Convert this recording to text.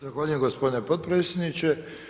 Zahvaljujem gospodine potpredsjedniče.